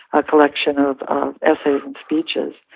a collection of essays speeches,